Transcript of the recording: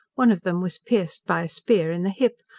one of them was pierced by a spear in the hip,